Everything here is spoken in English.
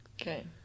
Okay